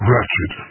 Ratchet